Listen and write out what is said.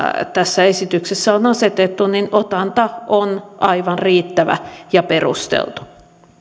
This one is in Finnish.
tässä esityksessä on asetettu otanta on aivan riittävä ja perusteltu